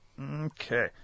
Okay